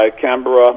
Canberra